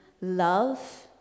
love